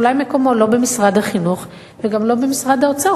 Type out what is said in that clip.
אולי מקומו לא במשרד החינוך וגם לא במשרד האוצר,